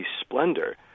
Splendor